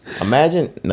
imagine